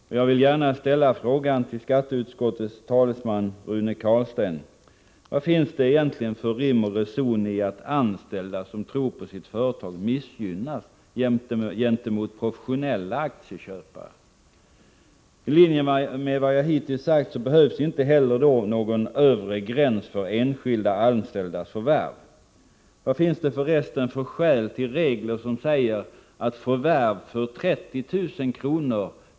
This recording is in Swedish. Och jag vill gärna ställa frågan till skatteutskottets talesman Rune Carlstein: Vad finns det egentligen för rim och reson i att anställda, som tror på sitt företag, missgynnas i förhållande till professionella aktieköpare? I linje med vad jag hittills sagt behövs inte heller någon övre gräns för enskilda anställdas förvärv. Vad finns det för resten för skäl att ha regler som säger att förvärv om 30 000 kr.